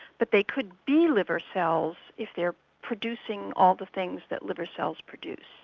but they could be liver cells if they're producing all the things that liver cells produce.